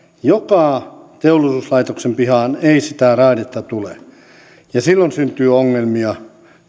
joka teollisuuslaitoksen pihaan ei sitä raidetta tule silloin syntyy ongelmia